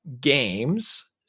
games